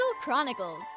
Chronicles